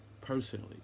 personally